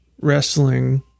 wrestling